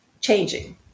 changing